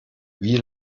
wie